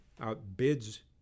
outbids